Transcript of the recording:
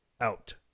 out